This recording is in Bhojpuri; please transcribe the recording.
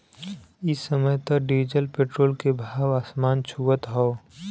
इ समय त डीजल पेट्रोल के भाव आसमान छुअत हौ